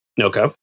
Okay